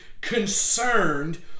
concerned